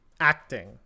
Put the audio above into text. acting